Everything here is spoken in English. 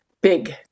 big